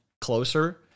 closer